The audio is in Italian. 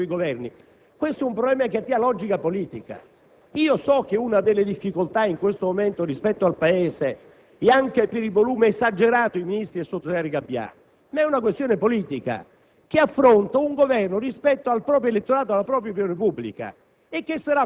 Per quanto mi riguarda, poiché non ci sono problemi (non so se parteciperò a prossimi futuri Governi), questo è un problema che attiene alla logica politica. So che una delle difficoltà in questo momento rispetto al Paese è anche il numero esagerato di Ministri e Sottosegretari che abbiamo, ma è una questione politica